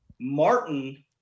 Martin